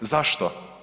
Zašto?